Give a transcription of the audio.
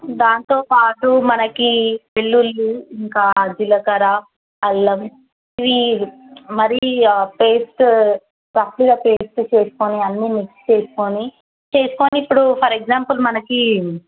దాంతో పాటు మనకి వెల్లుల్లి ఇంకా జీలకర్ర అల్లం ఇవి మరీ పేస్టు తక్కువ పేస్ట్ చేసుకుని అన్నీ మిక్స్ చేసుకుని ఇప్పుడు ఫర్ ఎగ్జాంపుల్ మనకి